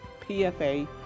PFA